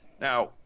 Now